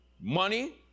money